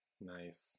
Nice